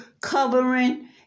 covering